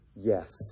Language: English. yes